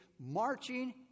Marching